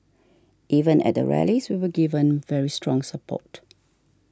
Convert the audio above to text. even at the rallies we were given very strong support